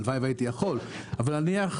הלוואי והייתי יכול, אבל נניח